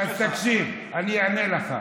אז תקשיב, אני אענה לך.